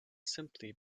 simply